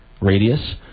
radius